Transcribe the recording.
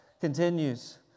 continues